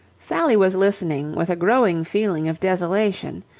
sally was listening with a growing feeling of desolation.